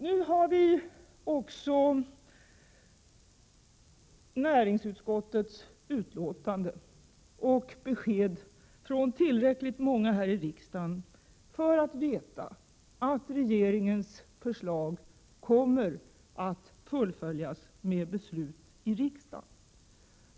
Nu har vi också näringsutskottets betänkande och besked från tillräckligt många här i riksdagen för att veta att regeringens förslag kommer att fullföljas med beslut i riksdagen.